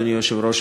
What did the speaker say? אדוני היושב-ראש,